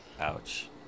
Ouch